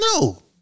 No